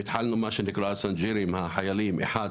אם פעם היינו סופרים את החיילים בארגוני הפשיעה באחד,